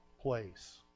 place